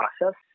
process